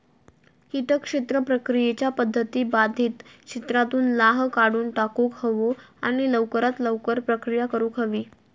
किटक क्षेत्र प्रक्रियेच्या पध्दती बाधित क्षेत्रातुन लाह काढुन टाकुक हवो आणि लवकरात लवकर प्रक्रिया करुक हवी